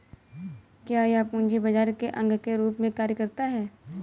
क्या यह पूंजी बाजार के अंग के रूप में कार्य करता है?